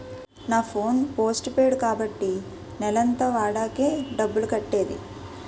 నా phone postpaid కాబట్టి నెలంతా వాడాకే డబ్బులు కట్టేది